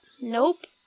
Nope